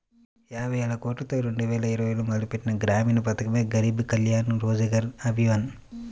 యాబైవేలకోట్లతో రెండువేల ఇరవైలో మొదలుపెట్టిన గ్రామీణ పథకమే గరీబ్ కళ్యాణ్ రోజ్గర్ అభియాన్